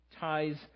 ties